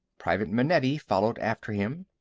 private manetti followed after him.